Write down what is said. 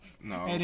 No